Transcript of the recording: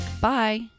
Bye